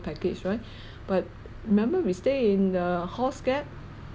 package right but remember we stay in the horse gap